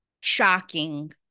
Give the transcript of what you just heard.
shocking